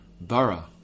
Bara